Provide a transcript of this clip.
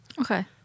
Okay